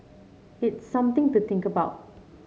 it's something to think about